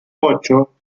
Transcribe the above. ocho